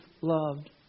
loved